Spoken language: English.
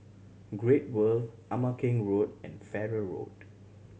Great World Ama Keng Road and Farrer Road